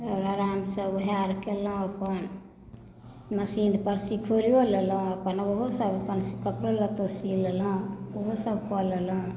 आरामसँ उएह आओर केलहुँ अपन मशीनपर सिखियो लेलहुँ अपन ओहोसब कपड़ो लत्तो सी लेलहुँ ओहोसब कऽ लेलहुँ